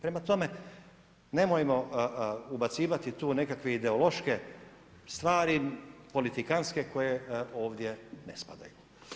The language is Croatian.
Prema tome, nemojmo ubacivati tu nekakve ideološke stvari, politikanske koje ovdje ne spadaju.